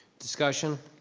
discussion,